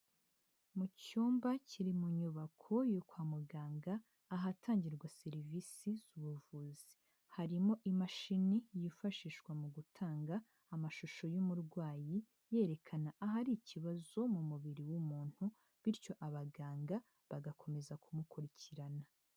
Mu cyumba kiri mu nyubako yo kwa muganga ahatangirwa serivisi z'ubuvuzi, harimo imashini yifashishwa mu gutanga amashusho y'umurwayi yerekana ahari ikibazo mu mubiri w'umuntu bityo abaganga bagakomeza kumukurikirana.